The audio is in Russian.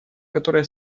которая